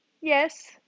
Yes